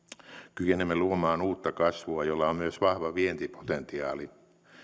kykenemme luomaan uutta kasvua jolla on myös vahva vientipotentiaali